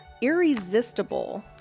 irresistible